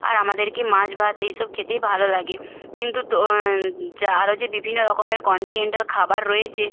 আর আমাদেরকে মাছ ভাত এই সব খেতেই ভালো লাগে কিন্তু তো যা আরও যে বিভিন্ন রকমের কন্টিনেন্টাল খাবার রয়েছে